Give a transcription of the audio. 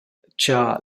cha